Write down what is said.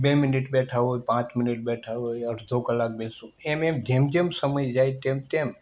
બે મિનિટ બેઠા હોય પાંચ મિનિટ બેઠા હોય અડધો કલાક બેસો એમ એમ જેમ જેમ સમય જાય તેમ તેમ